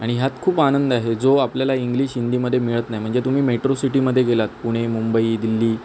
आणि ह्यात खूप आनंद आहे जो आपल्याला इंग्लिश हिंदीमध्ये मिळत नाही म्हणजे तुम्ही मेट्रो सिटीमध्ये गेलात पुणे मुंबई दिल्ली